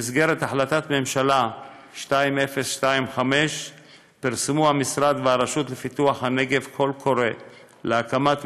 במסגרת החלטת הממשלה 2025 פרסמו המשרד והרשות לפיתוח הנגב קול קורא להקמת